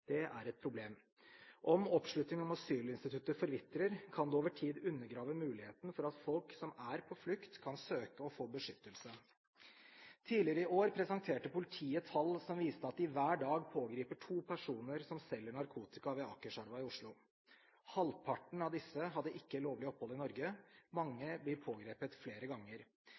Det er et problem. Om oppslutningen om asylsinstituttet forvitrer, kan det over tid undergrave muligheten for at folk som er på flukt, kan søke og få beskyttelse. Tidligere i år presenterte politiet tall som viste at de hver dag pågriper to personer som selger narkotika ved Akerselva i Oslo. Halvparten av disse hadde ikke lovlig opphold i Norge, mange blir pågrepet flere ganger.